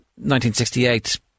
1968